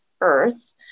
earth